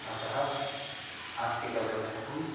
अतः आस्तिकदर्शनम्